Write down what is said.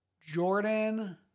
Jordan